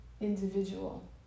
individual